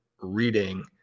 reading